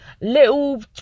Little